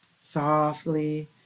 Softly